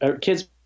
Kids –